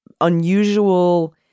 unusual